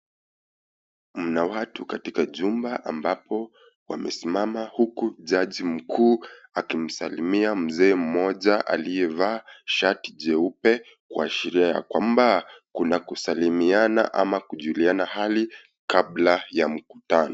Muna watu katika jumba ambapo wamesimama huku jaji mkuu akimsalimia mzee mmoja aliyevaa shati jeupe kuashiria ya kwamba, kuna kusalimiana ama kujuliana hali kabla ya mkutano.